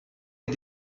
est